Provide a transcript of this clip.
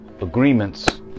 agreements